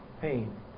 pain